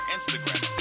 Instagram